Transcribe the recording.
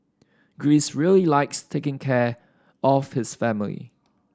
Greece really likes taking care of his family